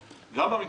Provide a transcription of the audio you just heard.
אחת כמו מרים פרץ,